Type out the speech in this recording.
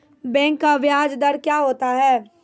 Bank का ब्याज दर क्या होता हैं?